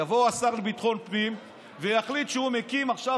יבוא השר לביטחון פנים ויחליט שהוא מקים עכשיו